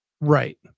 Right